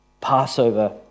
Passover